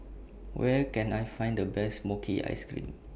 Where Can I Find The Best Mochi Ice Cream